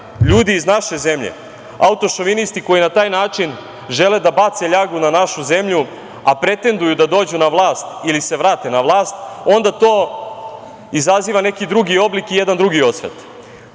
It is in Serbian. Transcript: ljudi iz naše zemlje, autošovinisti koji na taj način žele da bace ljagu na našu zemlju, a pretenduju da dođu na vlast ili se vrate na vlast, onda to izaziva neki drugi oblik i jedan drugi